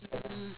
mm